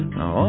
Now